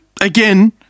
again